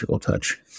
touch